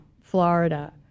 Florida